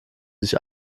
sich